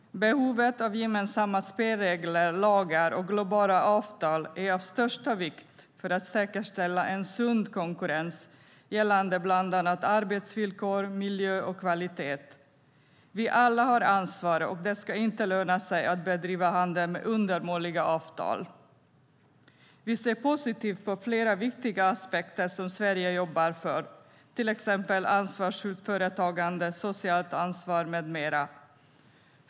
Behovet av gemensamma spelregler, lagar och globala avtal är av största vikt för att säkerställa en sund konkurrens gällande bland annat arbetsvillkor, miljö och kvalitet. Vi alla har ansvar, och det ska inte löna sig att bedriva handel med undermåliga avtal. Vi ser positivt på flera viktiga aspekter som Sverige jobbar för, till exempel ansvarsfullt företagande, socialt ansvar med mera.